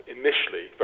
initially